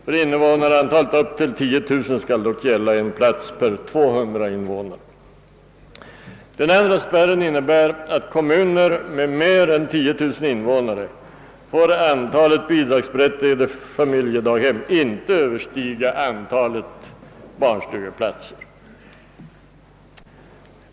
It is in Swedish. För invånarantal upp till 10 000 skall dock gälla en plats per 200 invånare. Den andra spärren innebär att antalet bidragsberättigade familjedaghem = för kommuner med mer än 10000 invånare inte får överstiga antalet barnstugeplatser.